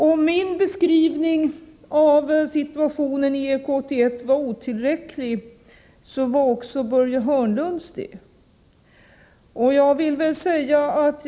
Om min beskrivning av situationen i EK 81 var otillräcklig var också Börje Hörnlunds det.